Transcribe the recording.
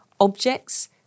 objects